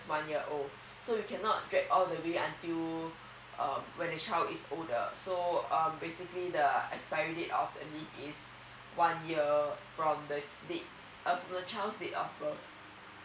one year old so you cannot drag all the way until uh when the child is older so um basically the expiry date of the leave is one year from the date of the child's date of birth